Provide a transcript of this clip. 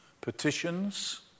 Petitions